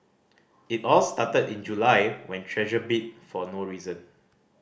it all started in July when Treasure bit for no reason